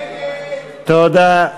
תודה.